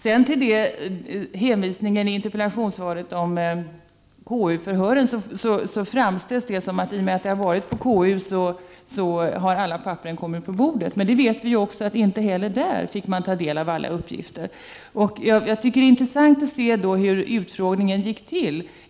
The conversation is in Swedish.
Sedan till hänvisningen i interpellationssvaret till KU-förhöret. Det framställs där så att alla papper har kommit på bordet i och med att ärendet varit hos KU. Men inte heller där — det vet vi ju — fick man ta del av alla uppgifter. Jag tycker att det är intressant att se hur utfrågningen gick till.